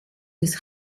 des